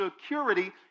security